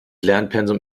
lernpensum